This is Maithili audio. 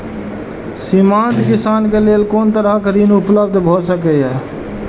सीमांत किसान के लेल कोन तरहक ऋण उपलब्ध भ सकेया?